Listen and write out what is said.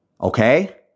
Okay